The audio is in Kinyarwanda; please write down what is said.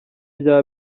byaba